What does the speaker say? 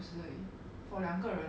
so the 两百五十 is